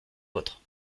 vôtre